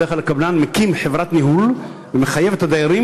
בדרך כלל הקבלן מקים חברת ניהול ומחייב את הדיירים